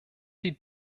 die